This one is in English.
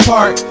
Park